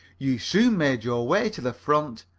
you soon made your way to the front,